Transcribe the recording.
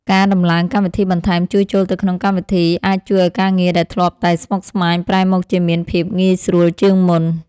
ការដំឡើងកម្មវិធីបន្ថែមចូលទៅក្នុងកម្មវិធីដើមអាចជួយឱ្យការងារដែលធ្លាប់តែស្មុគស្មាញប្រែមកជាមានភាពងាយស្រួលជាងមុន។